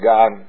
God